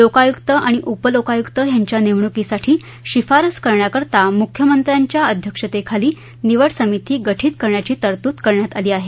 लोकायुक्त आणि उपलोकायुक्त यांच्या नेमणूकीसाठी शिफारस करण्याकरिता मुख्यमंत्र्यांच्या अध्यक्षतेखाली निवड समिती गठित करण्याची तरतूद करण्यात आली आहे